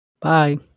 Bye